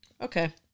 Okay